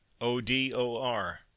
O-D-O-R